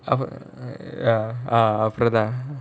ya அப்புறம் தான்:appuram thaan